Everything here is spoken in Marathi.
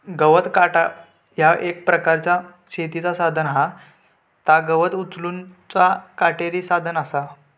गवत काटा ह्या एक प्रकारचा शेतीचा साधन हा ता गवत उचलूचा काटेरी साधन असा